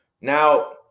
Now